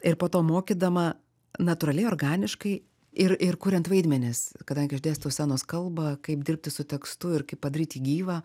ir po to mokydama natūraliai organiškai ir ir kuriant vaidmenis kadangi aš dėstau scenos kalbą kaip dirbti su tekstu ir kaip padaryt jį gyvą